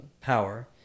power